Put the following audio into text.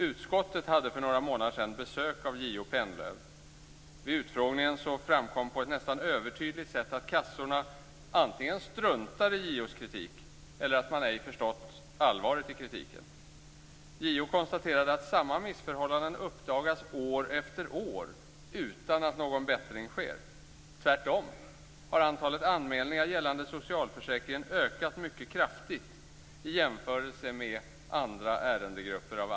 Utskottet hade för några månader sedna besök av JO Pennlöv. Vid utfrågningen framkom på ett nästan övertydligt sätt att kassorna antingen struntar i JO:s kritik eller ej har förstått allvaret i kritiken. JO konstaterade att samma missförhållanden uppdagas år efter år utan att någon bättring sker. Tvärtom har antalet anmälningar gällande socialförsäkringen ökat mycket kraftigt i jämförelse med andra ärendegrupper.